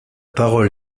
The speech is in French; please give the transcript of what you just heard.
parole